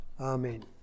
Amen